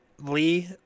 Lee